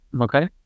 Okay